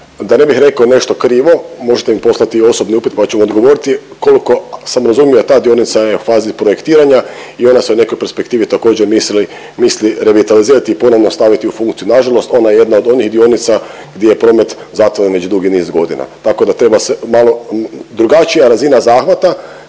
da ne bih rekao nešto krivo, možete mi poslati osobni upit pa ćemo odgovoriti. Koliko sam razumio, ta dionica je u fazi projektiranja i ona se u nekoj perspektivi također, misli revitalizirati i ponovno staviti u funkciju. Nažalost ona je jedna od onih dionica di je promet zatvoren već dugi niz godina, tako da treba se malo drugačija razina zahvata